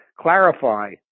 clarify